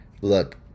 look